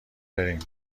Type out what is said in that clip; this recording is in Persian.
بریم